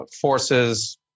forces